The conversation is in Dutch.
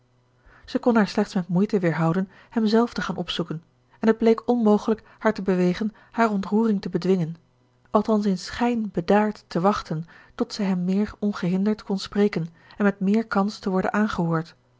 zij kon haar slechts met moeite weerhouden hem zelf te gaan opzoeken en het bleek onmogelijk haar te bewegen haar ontroering te bedwingen althans in schijn bedaard te wachten tot zij hem meer ongehinderd kon spreken en met meer kans te worden aangehoord